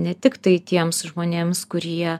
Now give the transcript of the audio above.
ne tiktai tiems žmonėms kurie